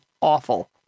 awful